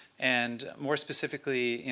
and more specifically,